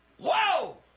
Whoa